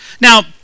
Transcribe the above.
Now